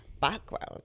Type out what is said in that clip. background